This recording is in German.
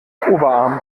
oberarm